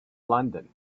london